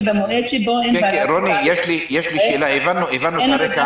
שבמועד שבו אין ועדת חוקה,